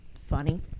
funny